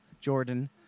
Jordan